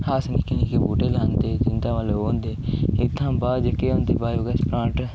अस निक्के निक्के बूह्टे लांदे इं'दा मतलब ओह् होंदे इत्थुआं बाद च बायो गैस प्लांट